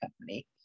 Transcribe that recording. company